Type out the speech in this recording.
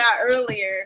earlier